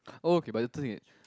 oh okay but the thing is